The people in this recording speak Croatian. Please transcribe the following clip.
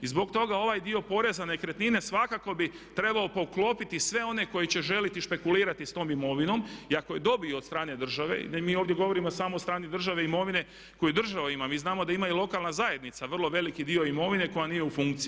I zbog toga ovaj dio poreza na nekretnine svakako bi trebao poklopiti sve one koji će željeti špekulirati s tom imovinom i ako je dobiju od strane države, jer mi ovdje govorimo samo o strani državne imovine koju država ima, mi znamo da ima i lokalna zajednica vrlo veliki dio imovine koja nije u funkciji.